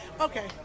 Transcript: Okay